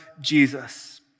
Jesus